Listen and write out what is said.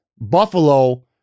Buffalo